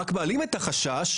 רק מעלים את החשש,